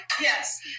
Yes